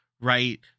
Right